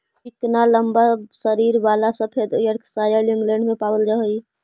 चिकना लम्बा शरीर वाला सफेद योर्कशायर इंग्लैण्ड में पावल जा हई